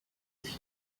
iki